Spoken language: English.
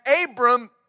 Abram